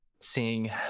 seeing